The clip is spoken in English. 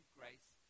grace